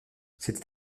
c’était